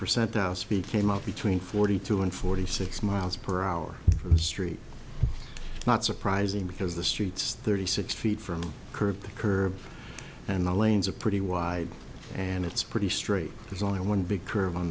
percentile speed came up between forty two and forty six miles per hour from the street not surprising because the streets thirty six feet from curb to curb and the lanes are pretty wide and it's pretty straight there's only one big curve on